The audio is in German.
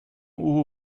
uhu